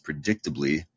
predictably